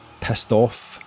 pissed-off